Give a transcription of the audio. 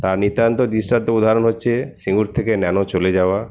তার নিতান্ত দৃষ্টান্ত উদাহরণ হচ্ছে সিঙ্গুর থেকে ন্যানো চলে যাওয়া